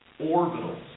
orbitals